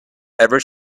ever